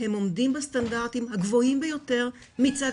הם עומדים בסטנדרטים הגבוהים ביותר מצד